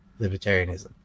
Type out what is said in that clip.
libertarianism